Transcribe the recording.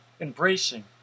embracing